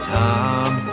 time